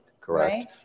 correct